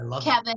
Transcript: Kevin